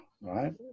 right